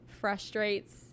frustrates